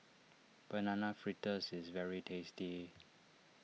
Banana Fritters is very tasty